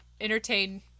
entertain